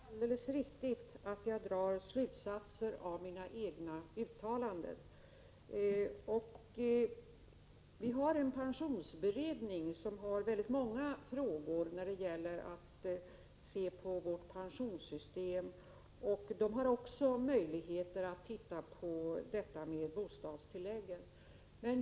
Herr talman! Det är alldeles riktigt att jag drar slutsatser av mina egna uttalanden. Vi har en pensionsberedning som har många frågor att behandla när det gäller vårt pensionssystem. Den har också möjligheter att se över bostadstillägget.